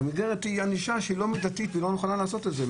והמסגרת היא ענישה שהיא לא מידתית והיא לא נכונה לעשות את זה.